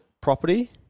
property